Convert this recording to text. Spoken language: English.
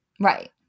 Right